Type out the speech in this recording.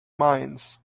mines